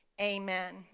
Amen